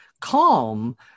calm